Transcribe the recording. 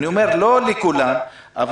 לא לכולם אני אומר.